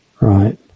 Right